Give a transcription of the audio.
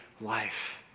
life